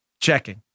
Checking